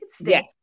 yes